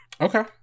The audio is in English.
okay